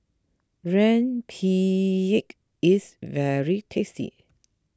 Rempeyek is very tasty